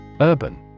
Urban